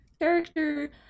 character